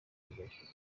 birori